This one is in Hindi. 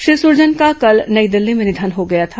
श्री सुरजन का कल नई दिल्ली में निधन हो गया था